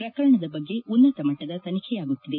ಪ್ರಕರಣದ ಬಗ್ಗೆ ಉನ್ನತ ಮಟ್ಟದ ತನಿಖೆಯಾಗುತ್ತಿದೆ